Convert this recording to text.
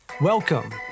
Welcome